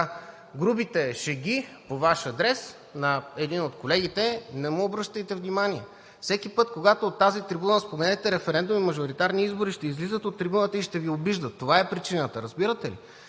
грубите шеги по Ваш адрес на един от колегите, не му обръщайте внимание. Всеки път, когато от тази трибуна споменете референдум и мажоритарни избори, ще излизат на трибуната и ще Ви обиждат. Това е причината, разбирате ли?!